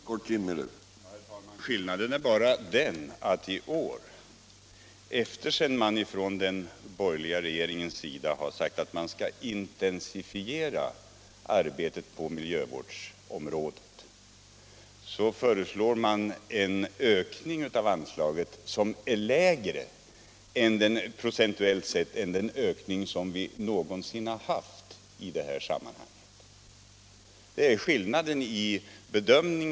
Herr talman! Skillnaden är bara den att i år — efter det att man från den borgerliga regeringens sida har sagt att man skall intensifiera arbetet på miljövårdsområdet — föreslår de borgerliga en ökning av anslaget som är lägre procentuellt sett än vad vi någonsin har haft att ta ställning till i detta sammanhang.